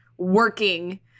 working